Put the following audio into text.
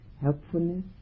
helpfulness